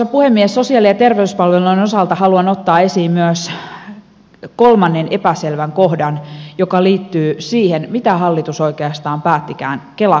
sosiaali ja terveyspalveluiden osalta haluan ottaa esiin myös kolmannen epäselvän kohdan joka liittyy siihen mitä hallitus oikeastaan päättikään kela korvauksista